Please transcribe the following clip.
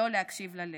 "לא להקשיב ללב":